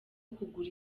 kugura